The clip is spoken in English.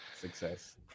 Success